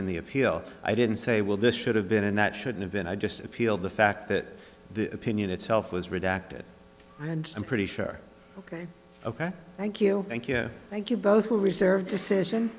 in the appeal i didn't say well this should have been and that should have been i just appealed the fact that the opinion itself was redacted and i'm pretty sure ok ok thank you thank you thank you both will reserve decision